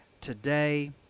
Today